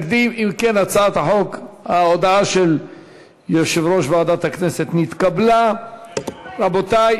הצעת ועדת הכנסת להעביר את הצעת חוק הסמל,